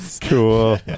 cool